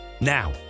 Now